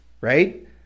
right